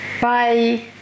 bye